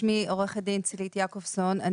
בבקשה.